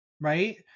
Right